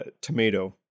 Tomato